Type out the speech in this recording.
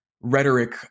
rhetoric